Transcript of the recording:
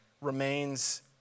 ...remains